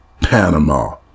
Panama